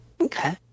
okay